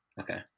Okay